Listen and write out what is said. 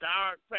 dark